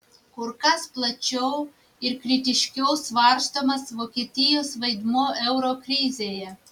kur kas plačiau ir kritiškiau svarstomas vokietijos vaidmuo euro krizėje